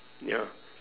ya